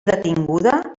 detinguda